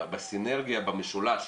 בסינרגיה, במשולש